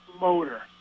motor